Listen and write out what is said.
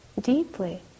deeply